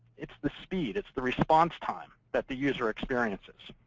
it's the speed. it's the response time that the user experiences.